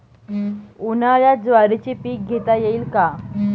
उन्हाळ्यात ज्वारीचे पीक घेता येईल का?